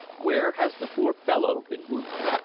where has the poor fellow been wounded?